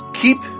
keep